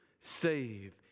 save